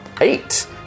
Eight